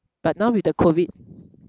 but now with the COVID